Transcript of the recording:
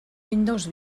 windows